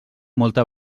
molta